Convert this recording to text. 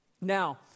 Now